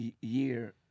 year